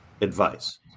advice